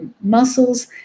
muscles